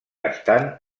estan